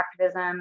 activism